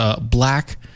black